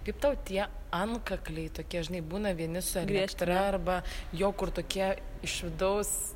kaip tau tie antkakliai tokie žinai būna vieni su elektra arba jo kur tokie iš vidaus